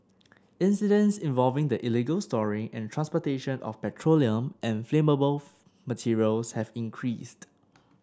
incidents involving the illegal storing and transportation of petroleum and flammable materials have increased